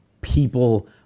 people